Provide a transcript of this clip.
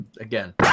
Again